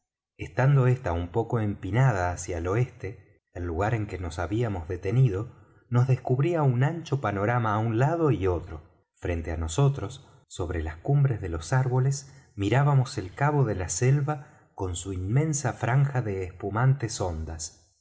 estando ésta un poco empinada hacia el oeste el lugar en que nos habíamos detenido nos descubría un ancho panorama á un lado y otro frente á nosotros sobre las cumbres de los árboles mirábamos el cabo de la selva con su inmensa franja de espumantes ondas